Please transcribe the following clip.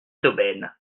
d’aubaine